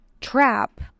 trap